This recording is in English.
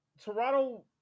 toronto